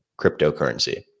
cryptocurrency